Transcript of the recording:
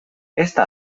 esta